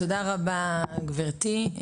תודה רבה גבירתי.